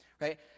Right